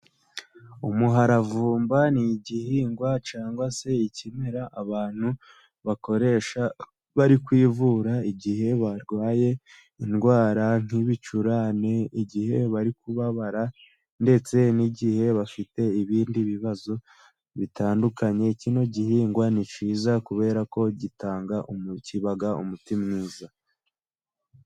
Umuharavumba ni igihingwa cyangwa se ikimera, abantu bakoresha bari kwivura igihe barwaye indwara nk'ibicurane, igihe bari kubabara, ndetse n'igihe bafite ibindi bibazo bitandukanye. Kino gihingwa ni cyiza kubera ko gitanga (kibaga) umuti mwiza.